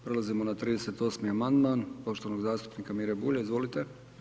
Prelazimo na 38. amandman poštovanog zastupnika Mire Bulja, izvolite.